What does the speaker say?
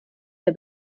der